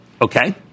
Okay